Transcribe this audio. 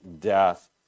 death